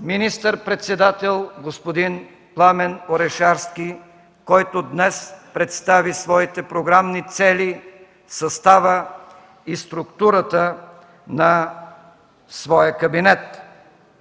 министър-председател господин Пламен Орешарски, който днес представи своите програмни цели, състава и структурата на своя кабинет.